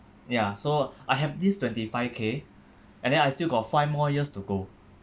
ya so I have this twenty five K and then I still got five more years to go